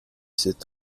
cette